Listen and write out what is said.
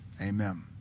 Amen